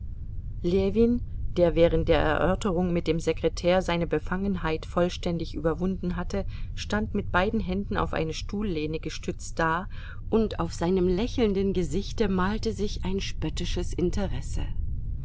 ljewin der während der erörterung mit dem sekretär seine befangenheit vollständig überwunden hatte stand mit beiden händen auf eine stuhllehne gestützt da und auf seinem lächelnden gesichte malte sich ein spöttisches interesse